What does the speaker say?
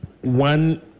one